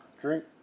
drink